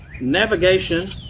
navigation